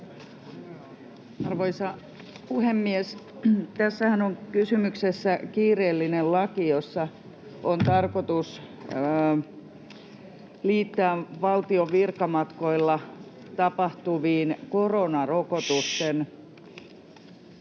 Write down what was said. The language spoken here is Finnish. Arvoisa puhemies! Tässähän on kysymyksessä kiireellinen laki, jossa on tarkoitus liittää korvausvastuu valtiolle koronarokotteiden